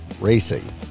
racing